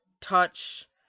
touch